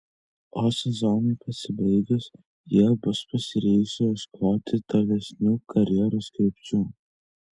o sezonui pasibaigus jie bus pasiryžę ieškoti tolesnių karjeros krypčių